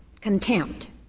contempt